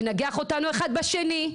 לנגח אותנו אחד בשני,